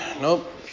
nope